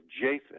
Japheth